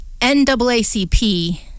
NAACP